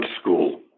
school